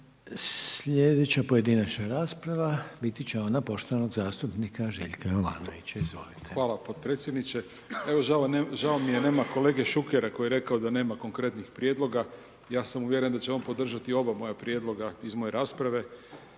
Sljedeća pojedinačna rasprava biti će ona poštovanog zastupnika Željka Jovanovića, izvolite. **Jovanović, Željko (SDP)** Hvala potpredsjedniče. Žao mi je, nema kolege Šukera koji je rekao da nema konkretnih prijedloga. Ja sam uvjeren da će on podržati oba moja prijedloga iz moje rasprave,